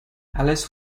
alice